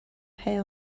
pay